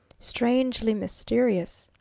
strangely mysterious,